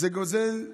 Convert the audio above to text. זה גוזל,